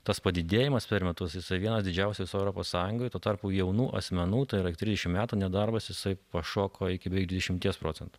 tas padidėjimas per metus jisai vienas didžiausių visoj europos sąjungoj tuo tarpu jaunų asmenų tai yra trisdešimties metų nedarbas jisai pašoko iki beveik dvidešimties procentų